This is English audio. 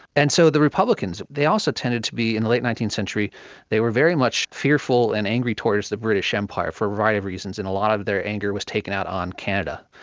and so the republicans, they also tended to be, in the late nineteenth century they were very much fearful and angry towards the british empire for a variety of reasons, and a lot of their anger was taken out on canada,